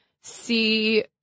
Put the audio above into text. see